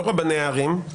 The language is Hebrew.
לא רבני הערים,